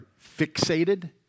fixated